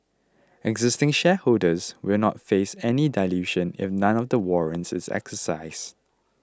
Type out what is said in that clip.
existing shareholders will not face any dilution if none of the warrants is exercised